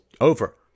over